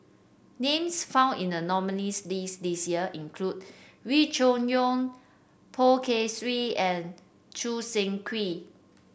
names found in the nominees' list this year include Wee Cho Yaw Poh Kay Swee and Choo Seng Quee